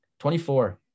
24